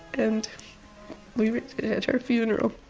and we read it at her funeral.